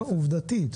עובדתית,